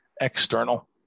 external